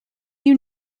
you